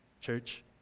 church